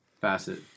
Facet